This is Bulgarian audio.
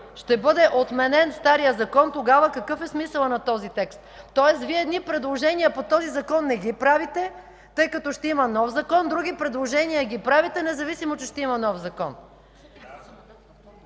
ще бъде отменен старият Закон, тогава какъв е смисълът на този текст?! Тоест Вие едни предложения не ги правите, понеже ще има нов закон, други предложения правите, независимо че ще има нов закон.